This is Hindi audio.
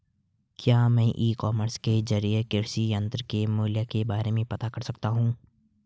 क्या मैं ई कॉमर्स के ज़रिए कृषि यंत्र के मूल्य के बारे में पता कर सकता हूँ?